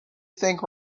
think